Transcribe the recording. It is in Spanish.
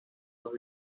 los